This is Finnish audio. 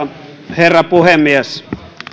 herra puhemies